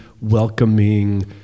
welcoming